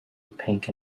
pink